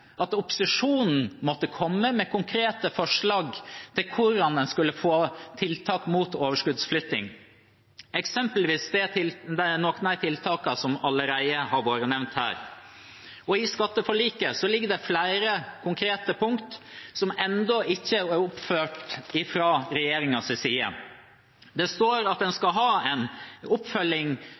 at opposisjonen måtte komme med konkrete forslag til hvordan en skulle få tiltak mot overskuddsflytting, eksempelvis noen av de tiltakene som allerede har vært nevnt her, og i skatteforliket ligger det flere konkrete punkt som enda ikke er fulgt opp fra regjeringens side. Det står at en skal ha en tydelig, klar og rask oppfølging